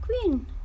queen